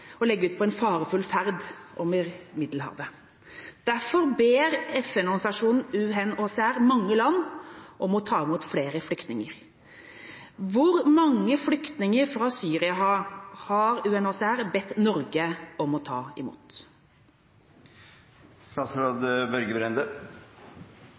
farefull ferd over Middelhavet. Derfor ber FN-organisasjonen UNHCR mange land om å ta imot flere flyktninger. Hvor mange flyktninger fra Syria har UNHCR bedt Norge om å ta